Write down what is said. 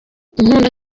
nkunda